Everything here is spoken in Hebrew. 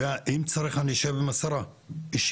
אם צריך אני אשב עם השרה אישית,